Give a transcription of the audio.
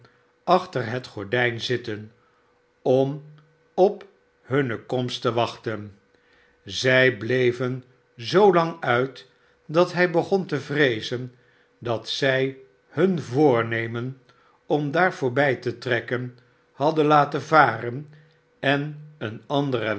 achter het gordijn zitten om op hunne komst te wachten zij bleven zoolang uit dat hi begon te vreezen dat zij hun voornemen om daar voorbij te trekken hadden laten varen en een anderen